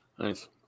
Nice